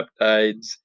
peptides